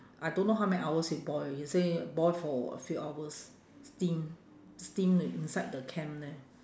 I don't know how many hours he boil he say boil for a few hours steam steam in~ inside the can there